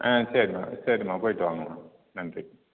ஆ சரிம்மா சரிம்மா போயிட்டு வாங்க அம்மா நன்றி